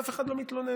ואף אחד לא מתלונן,